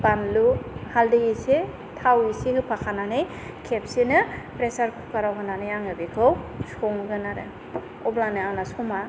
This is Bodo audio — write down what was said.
बानलु हालदै एसे थाव एसे होफाखानानै खेबसेनो प्रेसार कुकाराव होनानै आङो बेखौ संगोन आरो अब्लानो आंना समा